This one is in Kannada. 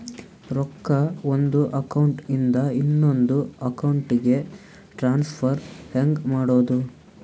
ರೊಕ್ಕ ಒಂದು ಅಕೌಂಟ್ ಇಂದ ಇನ್ನೊಂದು ಅಕೌಂಟಿಗೆ ಟ್ರಾನ್ಸ್ಫರ್ ಹೆಂಗ್ ಮಾಡೋದು?